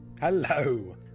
Hello